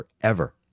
forever